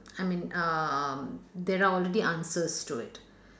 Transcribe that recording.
I mean um there are already answers to it